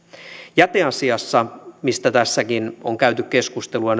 jäteasiassa mistä tässäkin on käyty keskustelua